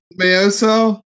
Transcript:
Mayoso